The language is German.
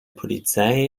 polizei